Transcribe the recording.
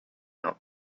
out